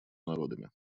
народами